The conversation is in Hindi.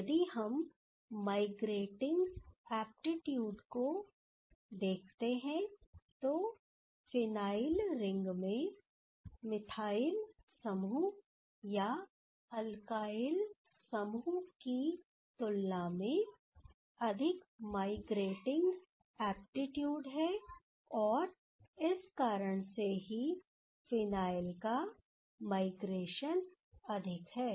यदि हम माइग्रेटिंग एप्टिट्यूड देखते हैं तो फिनाइल रिंग में मिथाइल समूह या अल्काइल समूह की तुलना में अधिक माइग्रेटिंग एप्टिट्यूड है और इस कारण से ही फिनायल का माइग्रेशन अधिक है